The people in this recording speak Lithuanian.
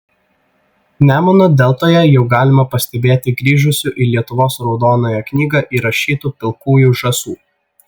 nemuno deltoje jau galima pastebėti grįžusių į lietuvos raudonąją knygą įrašytų pilkųjų žąsų